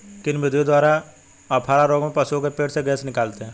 किन विधियों द्वारा अफारा रोग में पशुओं के पेट से गैस निकालते हैं?